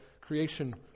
creation